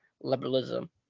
liberalism